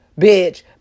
bitch